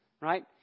right